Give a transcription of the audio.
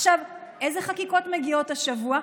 עכשיו, איזה חקיקות מגיעות השבוע,